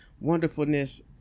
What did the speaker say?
wonderfulness